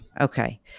Okay